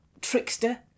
trickster